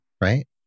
right